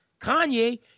Kanye